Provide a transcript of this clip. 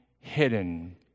hidden